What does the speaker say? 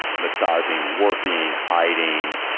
massaging, warping, hiding,